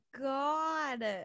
God